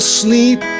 sleep